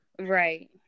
Right